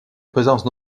présence